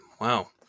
wow